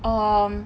um